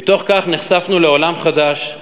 מתוך כך נחשפנו לעולם חדש,